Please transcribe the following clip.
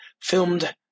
filmed